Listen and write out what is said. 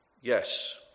Yes